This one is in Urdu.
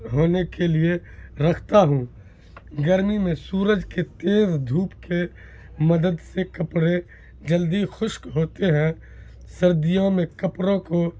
ہونے کے لیے رکھتا ہوں گرمی میں سورج کے تیز دھوپ کے مدد سے کپڑے جلدی خشک ہوتے ہیں سردیوں میں کپڑوں کو